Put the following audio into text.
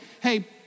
hey